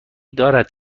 دارید